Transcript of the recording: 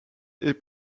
est